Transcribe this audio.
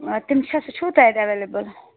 تِم چھا سُہ چھُو تۄہہِ اَتہِ ایٚویلیبُل